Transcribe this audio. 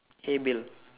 hey bill